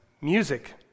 music